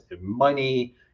money